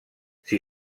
s’hi